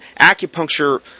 acupuncture